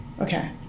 Okay